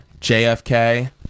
JFK